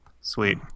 Sweet